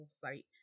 site